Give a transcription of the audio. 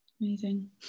amazing